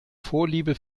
vorliebe